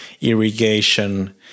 irrigation